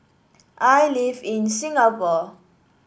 I live in Singapore